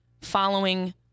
following